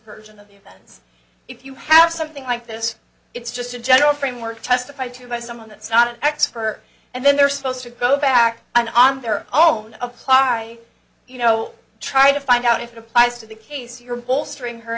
version of the events if you have something like this it's just a general framework testified to by someone that's not an expert and then they're supposed to go back and on their own apply you know try to find out if it applies to the case you're bolstering her